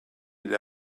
had